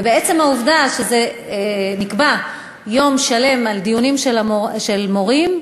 ועצם העובדה שנקבע יום שלם לדיונים על מורים,